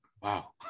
wow